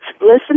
listen